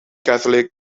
catholic